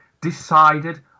decided